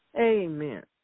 Amen